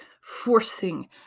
forcing